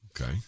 Okay